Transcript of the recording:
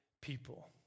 people